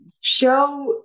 Show